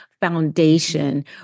foundation